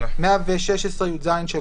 "116יז3.